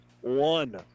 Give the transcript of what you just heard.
one